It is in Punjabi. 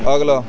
ਅਗਲਾ